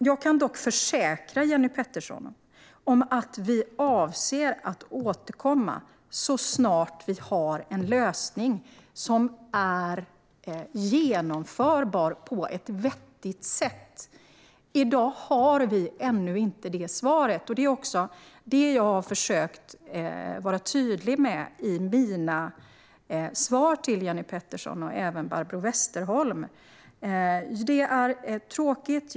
Jag kan dock försäkra Jenny Petersson att vi avser att återkomma så snart vi har en lösning som är genomförbar och vettig. I dag har vi ännu inte någon sådan lösning, som jag har varit tydlig med i mina svar till Jenny Petersson och även till Barbro Westerholm. Det är tråkigt.